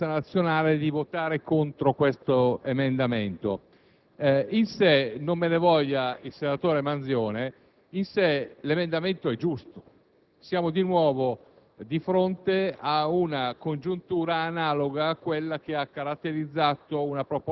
Signor Presidente, propongo al Gruppo Alleanza Nazionale di votare contro questo emendamento. In sé - non me ne voglia il senatore Manzione - l'emendamento è giusto,